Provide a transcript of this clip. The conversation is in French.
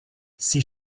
ces